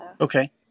Okay